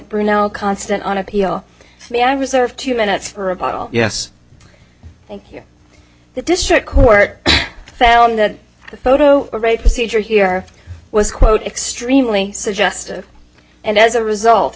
brunello constant on appeal to me i reserve two minutes for a bottle yes thank you the district court found that the photo of a procedure here was quote extremely suggestive and as a result